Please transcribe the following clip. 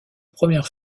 première